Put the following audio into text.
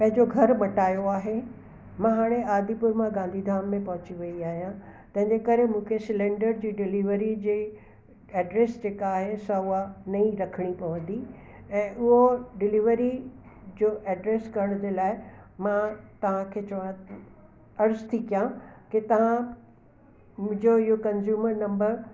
पंहिंजो घरु मटायो आहे मां हाणे आदिपुर मां गांधीधाम में पहुची वई आहियां व त जंहिं करे मूंखे सिलेंडर जी डिलीवरी जे एड्रस जेका आहे सा उहा नईं रखिणी पवंदी ऐं उहो डिलीवरी जो एड्रस करण जे लाइ मां तव्हां खे चवां अर्जु थी कयां के तव्हां मुंहिंजो इहो कंज़्यूमर नम्बर